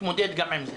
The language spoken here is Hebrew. נתמודד גם עם זה.